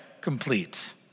complete